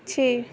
ਛੇ